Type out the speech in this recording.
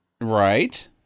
Right